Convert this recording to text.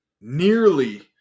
nearly